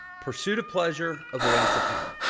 pursuit of pleasure, avoidance of pain.